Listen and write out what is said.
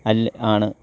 അല്ലെ ആണ്